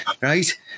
right